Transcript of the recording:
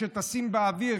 כשטסים באוויר,